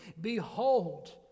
behold